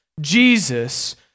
Jesus